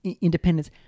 independence